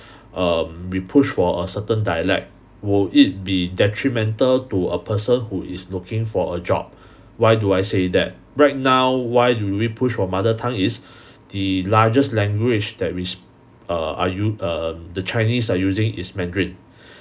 um we push for a certain dialect will it be detrimental to a person who is looking for a job why do I say that right now why do we push for mother tongue is the largest language that we sp~ err are u~ err the chinese are using is mandarin